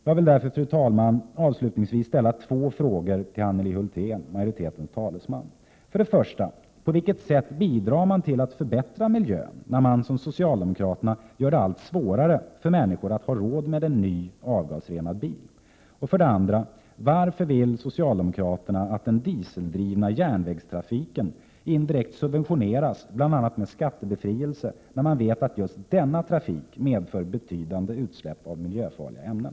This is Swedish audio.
Jag vill därför, fru talman, avslutningsvis ställa två frågor till Anneli Hulthén, majoritetens talesman: 1. På vilket sätt bidrar man till att förbättra miljön när man, som socialdemokraterna, gör det allt svårare för människor att ha råd med en ny, avgasrenad bil? 2. Varför vill socialdemokraterna att den dieseldrivna järnvägstrafiken indirekt subventioneras bl.a. med skattebefrielse, när man vet att just denna trafik medför betydande utsläpp av miljöfarliga ämnen?